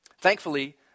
Thankfully